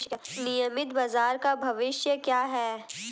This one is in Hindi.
नियमित बाजार का भविष्य क्या है?